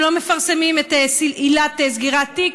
שלא מפרסמים את עילת סגירת תיק,